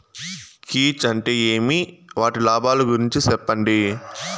కీచ్ అంటే ఏమి? వాటి లాభాలు గురించి సెప్పండి?